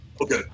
Okay